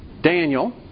Daniel